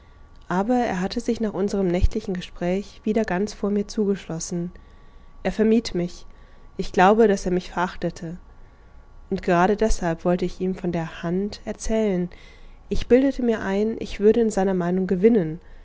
aber er hatte sich nach unserem nächtlichen gespräch wieder ganz vor mir zugeschlossen er vermied mich ich glaube daß er mich verachtete und gerade deshalb wollte ich ihm von der hand erzählen ich bildete mir ein ich würde in seiner meinung gewinnen